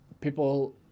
people